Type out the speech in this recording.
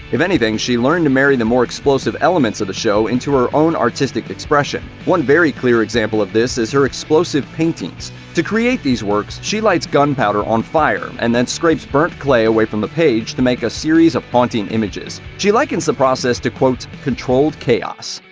if anything, she learned to marry the more explosive elements of the show into her own artistic expression. one very clear example of this is her explosive paintings. to create these works, she lights gunpowder on fire and then scrapes burnt clay away from the page to make a series of haunting images. she likens the process to quote controlled chaos.